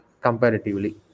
comparatively